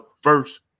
first